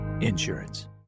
Insurance